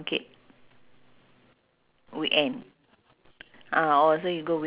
go to ju~ uh toa payoh ah then they won't go to jurong